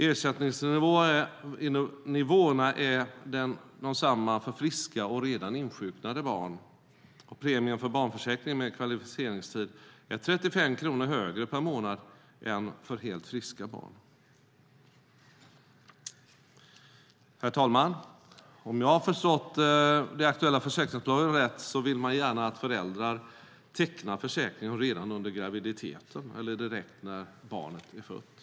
Ersättningsnivåerna är desamma för friska och för redan insjuknade barn. Premien för barnförsäkringen med kvalificeringstid är 35 kronor högre per månad än för helt friska barn. Om jag har förstått det aktuella försäkringsbolaget rätt vill man gärna att föräldrar tecknar försäkringen redan under graviditeten, eller direkt när barnet är fött.